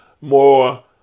more